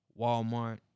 Walmart